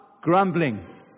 grumbling